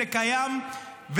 זה קיים,